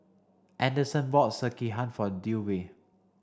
Anderson bought Sekihan for Dewey